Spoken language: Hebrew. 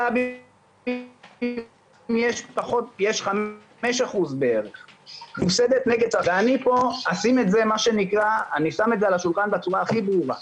להט"בים יש 5% ואני שם את זה על השולחן בצורה הכי ברורה.